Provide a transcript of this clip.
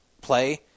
play